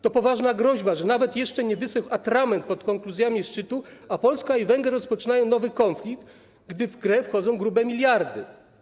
To poważna groźba, że nawet jeszcze nie wysechł atrament pod konkluzjami szczytu, a Polska i Węgry rozpoczynają nowy konflikt, gdzie w grę wchodzą grube miliardy.